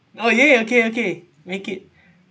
oh !yay! okay okay make it